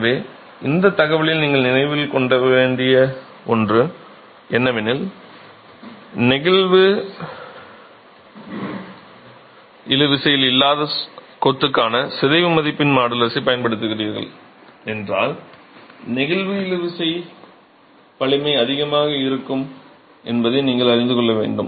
எனவே இந்த தகவலில் நீங்கள் நினைவில் கொள்ள வேண்டிய ஒன்று என்னவெனில் நெகிழ்வு இழுவிசையில் இல்லாத கொத்துக்கான சிதைவு மதிப்பின் மாடுலஸைப் பயன்படுத்துகிறீர்கள் என்றால் நெகிழ்வு இழுவிசை வலிமை அதிகமாக இருக்கும் என்பதை நீங்கள் அறிந்து கொள்ள வேண்டும்